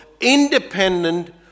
independent